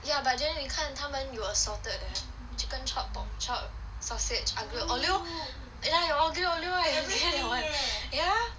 ya but then 你看他们有 assorted chicken chop pork chop sausage aglio olio and ah 有 aglio olio eh 你 heng 有 yeah